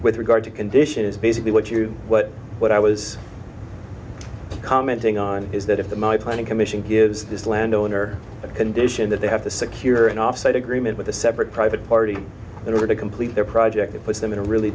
with regard to condition is basically what you what what i was commenting on is that if the my planning commission gives this landowner a condition that they have to secure an offsite agreement with a separate private party in order to complete their project it puts them in a really